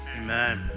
amen